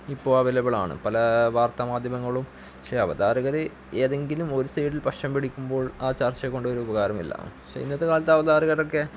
ഇപ്പോള് അവെയ്ലബിളാണ് പല വാർത്താ മാധ്യമങ്ങളും പക്ഷേ അവതാരകര് ഏതെങ്കിലും ഒരു സൈഡിൽ പക്ഷം പിടിക്കുമ്പോൾ ആ ചർച്ച കൊണ്ടൊരുപകാരമില്ല പക്ഷേ ഇന്നത്തെ കാലത്ത് അവതാരകരൊക്കെ